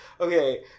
Okay